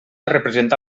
representa